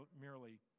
merely